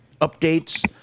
updates